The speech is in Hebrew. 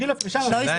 ראיתם